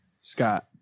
Scott